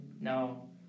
No